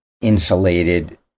insulated